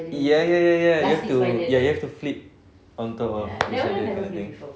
ya ya ya ya you have to you have to flip on top of each other that kind of thing